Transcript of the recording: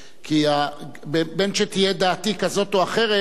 כי תהיה דעתי כזאת או אחרת,